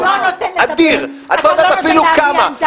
את לא יודעת אפילו כמה,